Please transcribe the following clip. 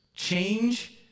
Change